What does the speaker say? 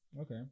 Okay